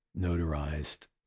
notarized